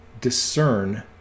discern